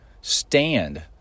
stand